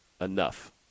enough